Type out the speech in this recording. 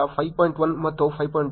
1 ಮತ್ತು 5